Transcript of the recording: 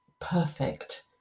perfect